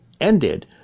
ended